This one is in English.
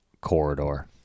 corridor